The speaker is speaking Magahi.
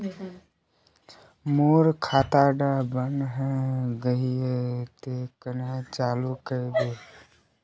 मोर खाता डा बन है गहिये ते कन्हे चालू हैबे?